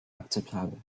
akzeptabel